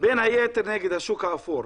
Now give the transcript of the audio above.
בין היתר נגד השוק האפור.